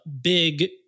big